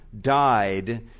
died